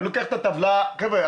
חבר'ה,